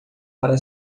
para